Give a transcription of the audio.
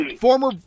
Former